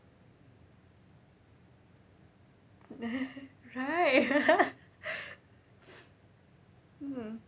right mm